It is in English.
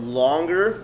longer